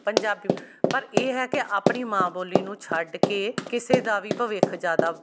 ਪੰਜਾਬੀ ਪਰ ਇਹ ਹੈ ਕਿ ਆਪਣੀ ਮਾਂ ਬੋਲੀ ਨੂੰ ਛੱਡ ਕੇ ਕਿਸੇ ਦਾ ਵੀ ਭਵਿੱਖ ਜ਼ਿਆਦਾ